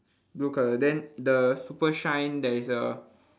blue colour then the super shine there is a